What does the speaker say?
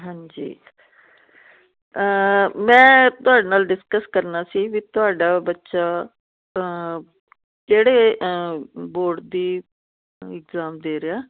ਹਾਂਜੀ ਮੈਂ ਤੁਹਾਡੇ ਨਾਲ ਡਿਸਕਸ ਕਰਨਾ ਸੀ ਵੀ ਤੁਹਾਡਾ ਬੱਚਾ ਕਿਹੜੇ ਬੋਰਡ ਦੀ ਇਗਜ਼ਾਮ ਦੇ ਰਿਹਾ